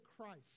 Christ